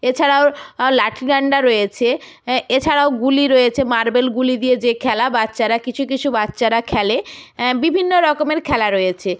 এছাড়াও লাঠি ডাণ্ডা রয়েছে এছাড়াও গুলি রয়েছে মার্বেল গুলি দিয়ে যে খেলা বাচ্চারা কিছু কিছু বাচ্চারা খেলে বিভিন্ন রকমের খেলা রয়েছে